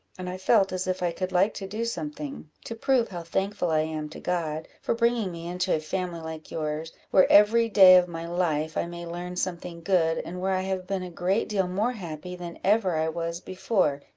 and i felt as if i could like to do something, to prove how thankful i am to god for bringing me into a family like yours, where every day of my life i may learn something good, and where i have been a great deal more happy than ever i was before,